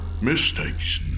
mistakes